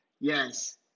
yes